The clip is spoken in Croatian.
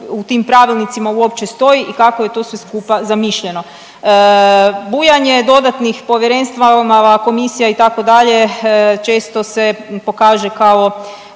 u tim pravilnicima uopće stoji i kako je to sve skupa zamišljeno. Bujanje dodatnih povjerenstva, komisija, itd., često se pokaže kao